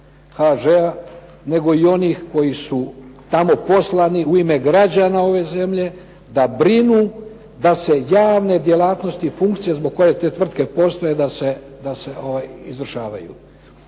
HŽ-a nego i onih koji su tamo poslani u ime građana ove zemlje, da brinu, da se javne djelatnosti funkcije zbog koje te tvrtke postoje da se izvršavaju.